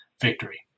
victory